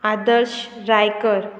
Adarsh Raikar